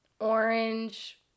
orange